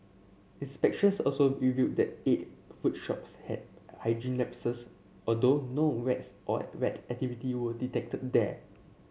inspections also revealed that eight food shops had hygiene lapses although no rats or rat activity were detected there